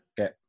okay